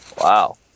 Wow